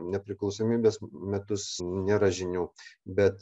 nepriklausomybės metus nėra žinių bet